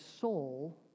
soul